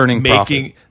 making-